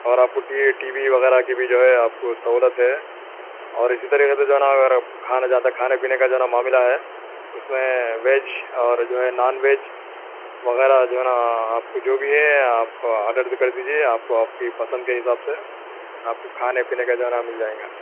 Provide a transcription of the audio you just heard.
اور آپ کو ٹی یہ ٹی وی وغیرہ کی بھی جو ہے آپ کو سہولت ہے اور اسی طریقے سے جو ہے نا اگر آپ کو کھانا زیادہ کھانے پینے کا جو ہے نا معاملہ ہے اُس میں ویج اور جو ہے نان ویج وغیرہ جو ہے نا آپ کو جو بھی ہے آپ آڈر بھی کر دیجیے آپ کو آپ کی پسند کے حساب سے آپ کو کھانے پینے کا جو ہے نا مِل جائیں گا